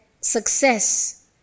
success